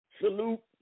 Salute